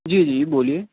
جی جی بولیے